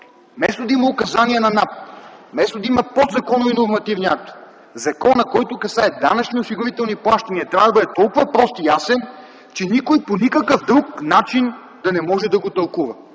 вместо да има указания на НАП, вместо да има подзаконови нормативни актове, законът, който касае данъчни и осигурителни плащания, трябва да бъде толкова прост и ясен, че никой по никакъв друг начин да не може да го тълкува.